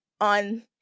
on